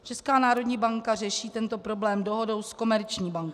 Česká národní banka řeší tento problém dohodou s komerční bankou.